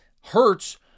hurts